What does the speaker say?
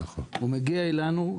הוא מגיע אלינו,